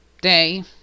day